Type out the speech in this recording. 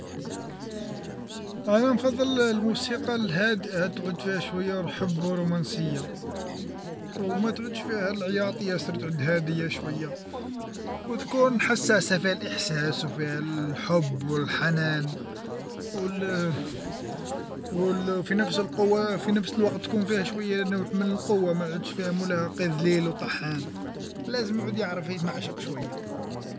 أنا نفضل الموسيقى لهاد هادئة تعود شوية حب ورومانسية او ما تعودش فيها العياط يا سر تعود هادئة شوية، و تكون حساسة فيها الإحساس او فيها الحب او الحنان، او في نفس القوة في نفس الوقت تكون فيها شوية نوع من القوة ما يعودش فيها ملاهقين ليل وطحان، لازم يعود يعرف يتمعشق شوية.